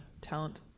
talent